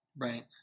Right